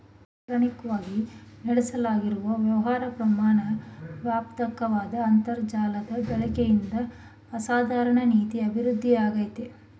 ಇಲೆಕ್ಟ್ರಾನಿಕವಾಗಿ ನಡೆಸ್ಲಾಗ್ತಿರೋ ವ್ಯಾಪಾರ ಪ್ರಮಾಣ ವ್ಯಾಪಕ್ವಾದ ಅಂತರ್ಜಾಲದ ಬಳಕೆಯಿಂದ ಅಸಾಧಾರಣ ರೀತಿ ಅಭಿವೃದ್ಧಿಯಾಗಯ್ತೆ